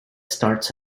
starts